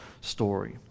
story